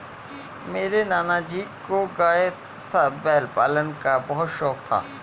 मेरे नाना जी को गाय तथा बैल पालन का बहुत शौक था